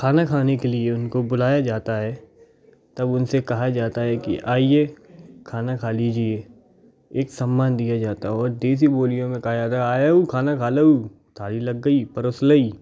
खाना खाने के लिए उनको बुलाया जाता है तब उन से कहा जाता है कि आइए खाना खा लीजिए एक सम्मान दिया जाता है और देसी बोलियों मे कहा जाता है आयाऊ खाना कहा लऊ थाली लग गयी परोस लई